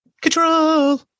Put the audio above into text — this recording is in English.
Control